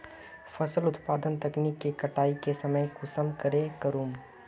फसल उत्पादन तकनीक के कटाई के समय कुंसम करे करूम?